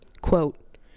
Quote